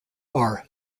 are